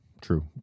True